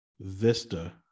Vista